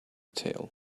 tail